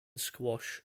squash